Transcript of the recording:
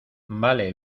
vale